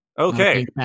Okay